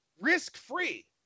risk-free